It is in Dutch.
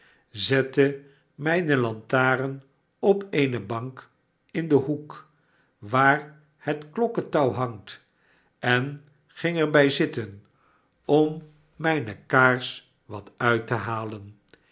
zette mijne lantaarn op eene bank in den hoek waar het klokketouw hangt en ging er bij zitten om mijne kaars wat uit te halen